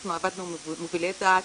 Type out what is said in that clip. אנחנו עבדנו עם מובילי דעת,